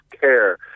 care